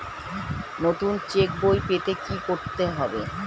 নতুন চেক বই পেতে কী করতে হবে?